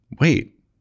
wait